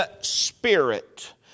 spirit